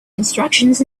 instructions